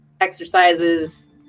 exercises